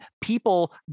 people